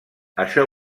això